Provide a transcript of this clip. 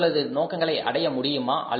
உங்களது நோக்கங்களை அடைய முடியுமா